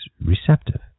receptive